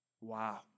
Wow